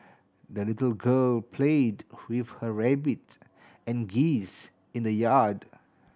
the little girl played with her rabbit and geese in the yard